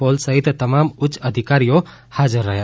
pole સહિત તમામ ઉચ્ય અધિકારીઓ હાજર રહ્યા છે